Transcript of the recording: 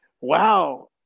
Wow